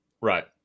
Right